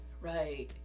Right